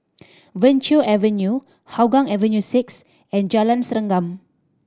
Venture Avenue Hougang Avenue Six and Jalan Serengam